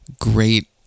great